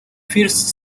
first